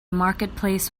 marketplace